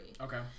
okay